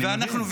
והינה,